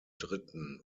dritten